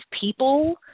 people